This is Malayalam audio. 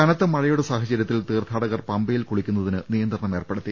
കനത്ത മഴയുടെ സാഹചര്യത്തിൽ തീർത്ഥാടകർ പമ്പയിൽ കുളി ക്കുന്നതിന് നിയന്ത്രണം ഏർപ്പെടുത്തി